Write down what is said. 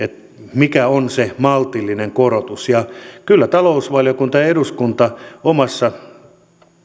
mikä on se maltillinen korotus kyllä talousvaliokunta ja eduskunta omassa